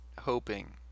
hoping